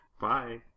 Bye